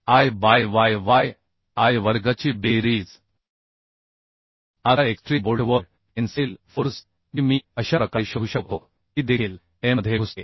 yi by y yi वर्गची बेरीज आता एक्स्ट्रीम बोल्ट वर टेन्साईल फोर्स जी मी अशा प्रकारे शोधू शकतो ती देखील M मध्ये घुसते